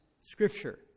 scripture